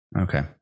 okay